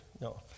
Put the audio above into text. No